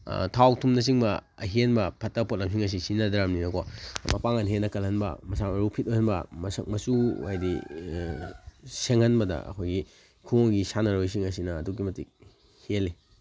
ꯊꯥꯎ ꯊꯨꯝꯅ ꯆꯤꯡꯕ ꯑꯍꯦꯟꯕ ꯐꯠꯇꯕ ꯄꯣꯠꯂꯝꯁꯤꯡ ꯑꯁꯤ ꯁꯤꯖꯤꯟꯅꯗ꯭ꯔꯕꯅꯤꯅ ꯀꯣ ꯃꯄꯥꯡꯒꯟ ꯍꯦꯟꯅ ꯀꯜꯍꯟꯕ ꯃꯁꯥ ꯃꯎ ꯐꯤꯠ ꯑꯣꯏꯍꯟꯕ ꯃꯁꯛ ꯃꯆꯨ ꯍꯥꯏꯗꯤ ꯁꯦꯡꯍꯟꯕꯗ ꯑꯩꯈꯣꯏꯒꯤ ꯈꯨꯡꯒꯪꯒꯤ ꯁꯥꯟꯅꯔꯣꯏꯁꯤꯡ ꯑꯁꯤꯅ ꯑꯗꯨꯛꯀꯤ ꯃꯇꯤꯛ ꯍꯦꯜꯂꯤ